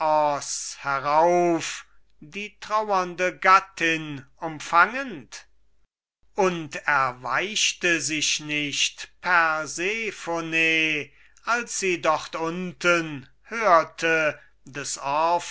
herauf die traurende gattin umfangend und erweichte sich nicht